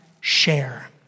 share